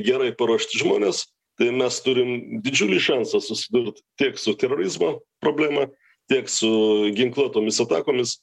gerai paruošti žmonės tai mes turim didžiulį šansą susidurt tiek su terorizmo problema tiek su ginkluotomis atakomis